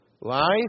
Life